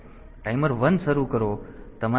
તેથી ટાઈમર 1 શરૂ કરો